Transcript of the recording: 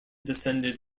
descended